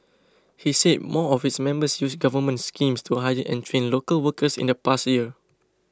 he said more of its members used government schemes to hire and train local workers in the past year